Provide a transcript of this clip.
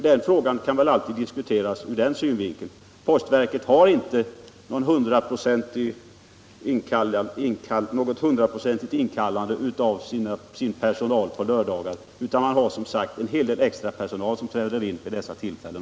Postverket kallar alltså inte in sin personal 100-procentigt på lördagar, utan man har en hel del extra personal vid dessa tillfällen.